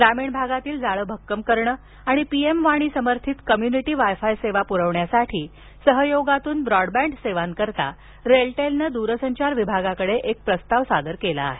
ग्रामीण भागातील जाळे भक्कम करणे आणि पीएम वाणी समर्थित कम्युनिटी वाय फाय सेवा प्रविण्यासाठी सहयोगातून ब्रॉडबँड सेवांकरिता रेलटेलने दूरसंचार विभागाकडे एक प्रस्ताव सादर केला आहे